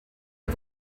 are